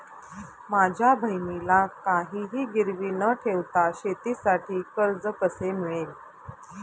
माझ्या बहिणीला काहिही गिरवी न ठेवता शेतीसाठी कर्ज कसे मिळेल?